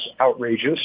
outrageous